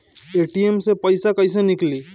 ATM से पइसा कइसे निकली?